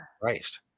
Christ